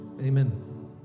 Amen